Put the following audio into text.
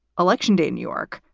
election day in new york,